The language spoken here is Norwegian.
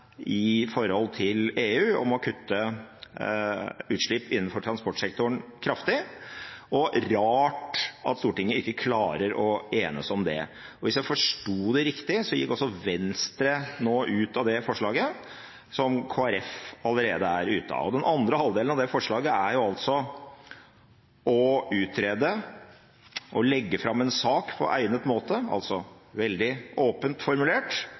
EU, om å kutte utslipp innenfor transportsektoren kraftig – og rart at Stortinget ikke klarer å enes om det. Hvis jeg forsto det riktig, gikk også Venstre nå ut av forslaget til vedtak II som Kristelig Folkeparti allerede er ute av. Den andre halvdelen av forslaget til vedtak II er å utrede og legge fram en sak på egnet måte – altså veldig åpent formulert